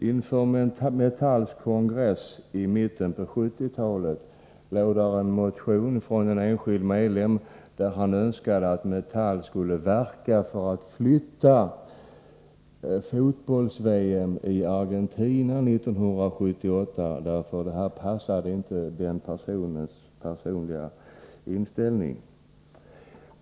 Inför Metalls kongress i mitten av 1970-talet väcktes en motion från en enskild medlem som önskade att Metall skulle verka för att flytta fotbolls VM i Argentina 1978, därför att platsen för detta VM inte passade denna medlems personliga inställning.